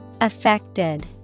Affected